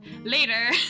Later